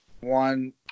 one